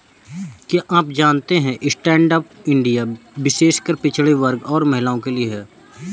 क्या आप जानते है स्टैंडअप इंडिया विशेषकर पिछड़े वर्ग और महिलाओं के लिए है?